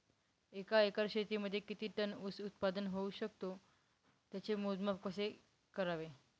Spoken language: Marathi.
एका एकर शेतीमध्ये किती टन ऊस उत्पादन होऊ शकतो? त्याचे मोजमाप कसे करावे?